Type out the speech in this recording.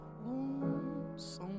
wounds